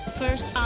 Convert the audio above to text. first